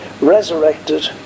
resurrected